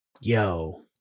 Yo